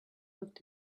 looked